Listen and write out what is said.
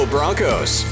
Broncos